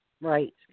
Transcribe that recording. Right